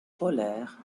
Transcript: polaire